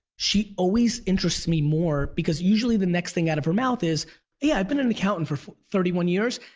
she always interests me more, because usually the next thing out of her mouth is yeah i've been an accountant for thirty one years,